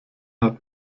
hat